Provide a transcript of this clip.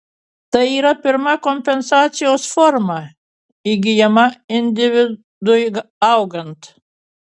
tai yra pirma kompensacijos forma įgyjama individui augant